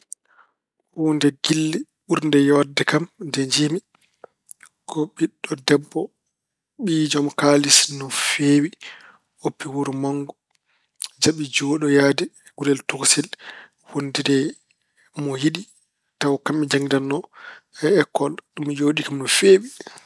Huunde giɗli ɓurde yooɗde jam nde njiymi ko biɗɗo debbo, ɓiy joom kaalis no feewi, oppi wuro mawngo jaɓi jooɗoyaade gurel tokosel, wondude mo yiɗi tawa kaɓɓe njanngidanno e ekkol. Ɗum yooɗii kam no feewi.